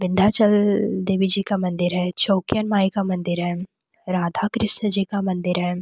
विंध्याचल देवी जी का मंदिर है छेवन्कियन बाई का मंदिर है राधा कृष्ण जी का मंदिर है